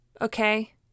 Okay